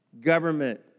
Government